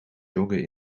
joggen